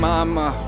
Mama